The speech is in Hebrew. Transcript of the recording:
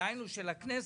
כלומר של הכנסת,